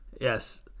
Yes